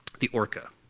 the orca.